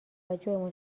توجه